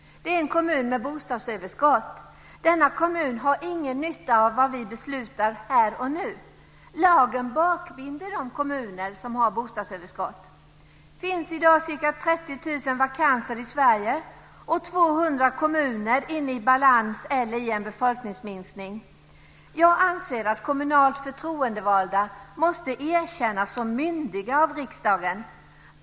Det är en kommun med bostadsöverskott. Denna kommun har ingen nytta av vad vi beslutar här och nu. Lagen bakbinder de kommuner som har bostadsöverskott. Det finns i dag ca 30 000 vakanser i Sverige och 200 kommuner i balans eller inne i en befolkningsminskning. Jag anser att kommunalt förtroendevalda måste erkännas som myndiga av riksdagen.